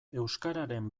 euskararen